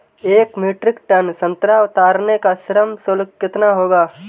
एक metric ton संतरा उतारने का श्रम शुल्क कितना होगा?